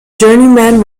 journeyman